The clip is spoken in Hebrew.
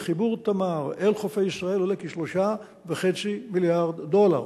חיבור "תמר" אל חופי ישראל עולה כ-3.5 מיליארד דולר.